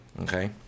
Okay